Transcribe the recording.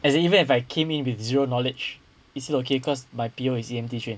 as in even if I came in with zero knowledge it's still okay cause my P_O is E_M_T trained